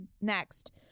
Next